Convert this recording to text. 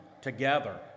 together